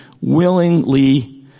willingly